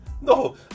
No